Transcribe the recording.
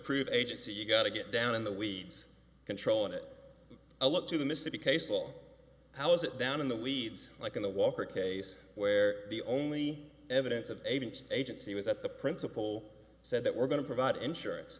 prove agency you gotta get down in the weeds controlling it a look to the mississippi castell how is it down in the weeds like in the walker case where the only evidence of agent agency was that the principal said that we're going to provide insurance